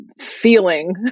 feeling